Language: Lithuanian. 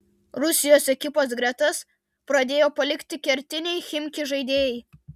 rusijos ekipos gretas pradėjo palikti kertiniai chimki žaidėjai